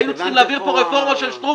היינו צריכים להעביר פה רפורמות של שטרום